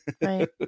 Right